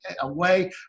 away